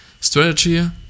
Strategy